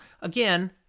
Again